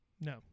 No